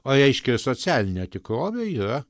o reiškia socialinę tikrovę yra